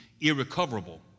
irrecoverable